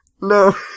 No